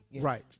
Right